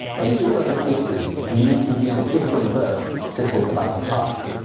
in all other cases, you need to use a different verb to talk about the past.